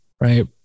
right